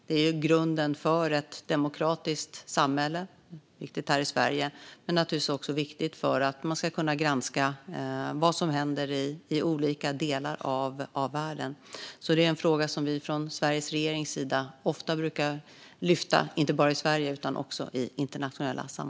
Detta är grunden för ett demokratiskt samhälle. Det är viktigt här i Sverige, men det är också viktigt för att man ska kunna granska vad som händer i olika delar av världen. Detta är en fråga som Sveriges regering ofta lyfter upp, inte bara i Sverige utan också i internationella sammanhang.